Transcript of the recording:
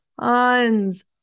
tons